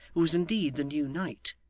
who was indeed the new knight,